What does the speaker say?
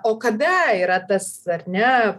o kada yra tas ar ne